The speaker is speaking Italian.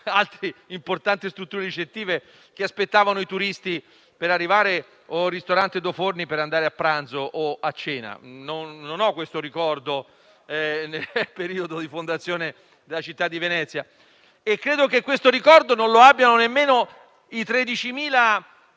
altre importanti strutture ricettive che aspettavano i turisti o ristoranti come il Do Forni per andare a pranzo o a cena. Non ho questo ricordo della storia della fondazione della città di Venezia. Credo che questo ricordo non lo abbiano nemmeno i 13.000